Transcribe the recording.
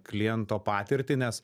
kliento patirtį nes